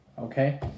Okay